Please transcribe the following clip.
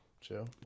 Chill